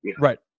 right